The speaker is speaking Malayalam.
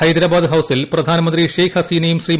ഹൈദരാബാദ് ഹൌസിൽ പ്രധാനിമ്ര്ന്തി ഷെയ്ഖ് ഹസീനയും ശ്രീ